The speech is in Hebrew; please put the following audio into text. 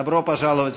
(אומר מילים בשפה הרוסית)